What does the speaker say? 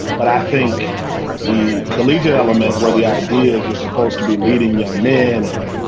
but i think the collegiate element where the idea is you're supposed to be leading young men and,